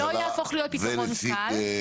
לא יהפוך להיות פתרון קל.